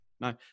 no